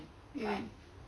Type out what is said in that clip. mm